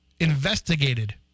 investigated